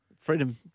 Freedom